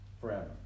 Forever